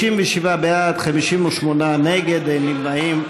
57 בעד, 58 נגד, אין נמנעים.